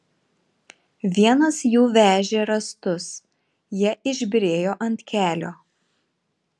vienas jų vežė rąstus jie išbyrėjo ant kelio